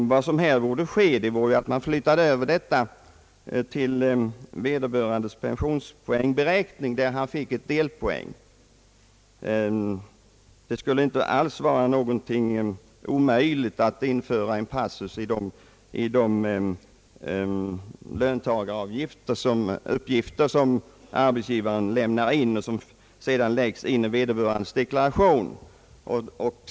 Vad som här borde ske är att detta förfarande flyttades över till vederbörandes pensionspoängberäkning, där en delpoäng kunde ges. Det skulle inte alls vara omöjligt att införa en passus i de löntagaruppgifter som arbetsgivaren lämnar in och som sedan läggs in i vederbörande löntagares deklaration.